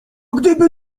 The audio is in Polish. gdyby